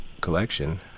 collection